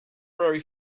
very